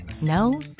No